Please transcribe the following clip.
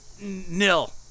nil